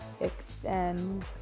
Extend